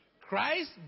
Christ